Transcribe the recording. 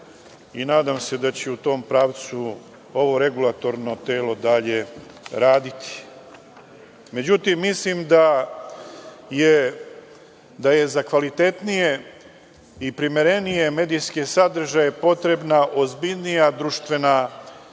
i nadam se da će u tom pravcu ovo regulatorno telo dalje raditi. Međutim, mislim da je za kvalitetnije i primerenije medijske sadržaje potrebna ozbiljnija društvena podrška